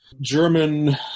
German